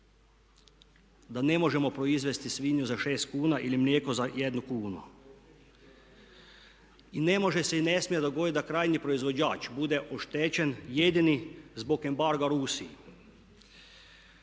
da ne možemo proizvesti svinju za 6 kuna ili mlijeko za 1 kunu. I ne može se i ne smije dogoditi da krajnji proizvođač bude oštećen jedini zbog embarga Rusiji.